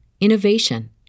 innovation